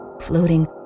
floating